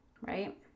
Right